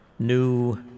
new